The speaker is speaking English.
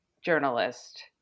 journalist